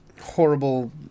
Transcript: horrible